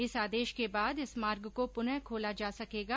इस आदेश के बाद इस मार्ग को पुनः खोला जा सकेगा